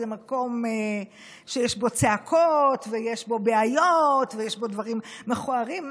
זה מקום שיש בו צעקות ויש בו בעיות ויש בו דברים מכוערים,